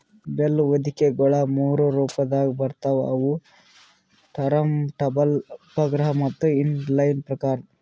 bale ಹೊದಿಕೆಗೊಳ ಮೂರು ರೊಪದಾಗ್ ಬರ್ತವ್ ಅವು ಟರಂಟಬಲ್, ಉಪಗ್ರಹ ಮತ್ತ ಇನ್ ಲೈನ್ ಪ್ರಕಾರ್